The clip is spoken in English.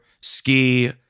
Ski